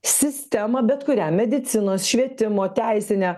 sistemą bet kurią medicinos švietimo teisinę